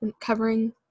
covering